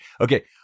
Okay